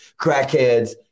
crackheads